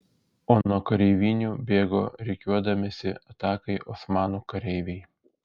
o nuo kareivinių bėgo rikiuodamiesi atakai osmanų kareiviai